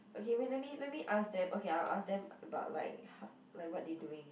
okay wait let me let me ask them okay I'll ask them about like like what they doing